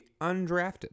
undrafted